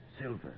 silver